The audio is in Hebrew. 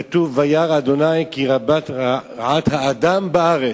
כתוב: "וירא ה' כי רבה רעת האדם בארץ,